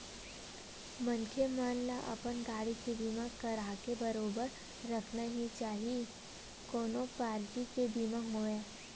मनखे मन ल अपन गाड़ी के बीमा कराके बरोबर रखना ही चाही कोनो पारटी के बीमा होवय